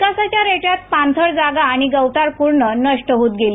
विकासाच्या रेट्यात पाणथळ जागा आणि गवताळ कुरणं नष्ट होत गेली